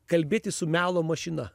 kalbėtis su melo mašina